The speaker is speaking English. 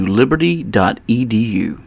liberty.edu